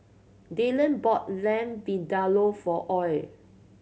Dylan bought Lamb Vindaloo for Ole